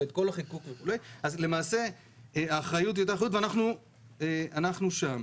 אז למעשה האחריות אותה אחריות ואנחנו שם.